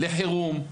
לחירום.